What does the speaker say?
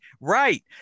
Right